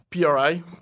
PRI